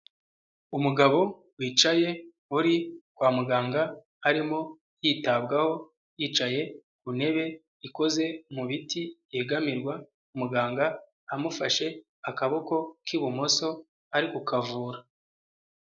Umugabo wicaye uri kwa muganga arimo yitabwaho, yicaye ku ntebe ikoze mu biti yegamirwa, muganga amufashe akaboko k'ibumoso ari ku kavura.